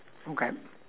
okay